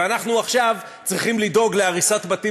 ואנחנו עכשיו צריכים לדאוג להריסת בתים